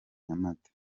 nyamata